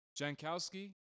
Jankowski